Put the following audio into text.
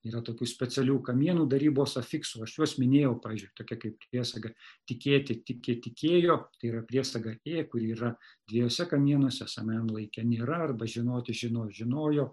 yra tokių specialių kamienų darybos afiksų aš juos minėjau pradžioj tokia kaip priesaga tikėti tiki tikėjo tai yra priesaga ė kuri yra dviejose kamienuose esamajam laike nėra arba žinoti žino žinojo